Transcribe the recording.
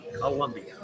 Colombia